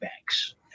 banks